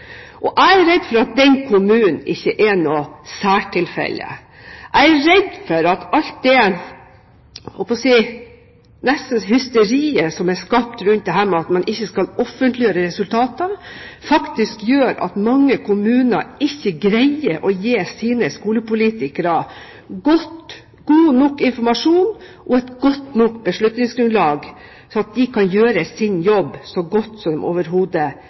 Jeg er redd for at den kommunen ikke er noe særtilfelle. Jeg er redd for at alt det nesten hysteriet som er skapt rundt det at man ikke skal offentliggjøre resultatene, faktisk gjør at mange kommuner ikke greier å gi sine skolepolitikere god nok informasjon og godt nok beslutningsgrunnlag til at de kan gjøre sin jobb så godt som den overhodet